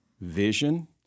vision